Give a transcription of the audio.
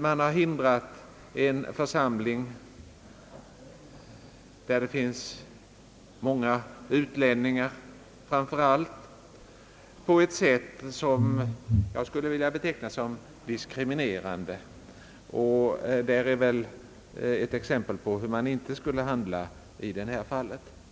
Man har hindrat en församling, där det finns många utlänningar, på ett sätt som jag skulle vilja beteckna som diskriminerande. Det är väl ett exempel på hur man inte skall handla.